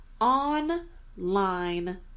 online